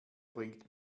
bringt